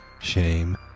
shame